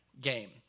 Game